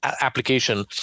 application